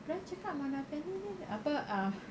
dia orang cakap mona fandey ni apa uh